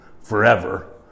forever